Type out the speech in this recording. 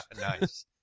Nice